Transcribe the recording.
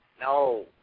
No